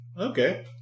okay